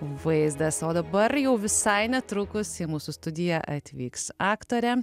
vaizdas o dabar jau visai netrukus į mūsų studiją atvyks aktorė